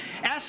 Ask